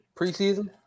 Preseason